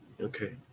Okay